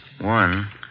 One